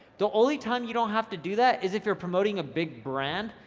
the only time you don't have to do that is if you're promoting a big brand,